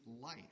life